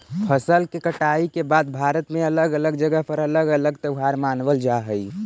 फसल के कटाई के बाद भारत में अलग अलग जगह पर अलग अलग त्योहार मानबल जा हई